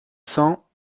cents